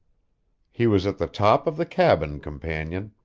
he was at the top of the cabin companion,